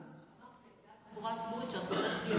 אמרת לגבי התחבורה הציבורית שאת רוצה שהיא תהיה,